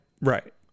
Right